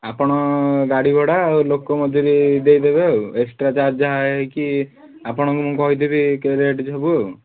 ଆପଣ ଗାଡ଼ିଭଡ଼ା ଆଉ ଲୋକ ମଜୁରୀ ଦେଇ ଦେବେ ଆଉ ଏକ୍ସଟ୍ରା ଚାର୍ଜ ଯାହା ହେଇକି ଆପଣଙ୍କୁ ମୁଁ କହିଦେବି ରେଟ୍ ସବୁ ଆଉ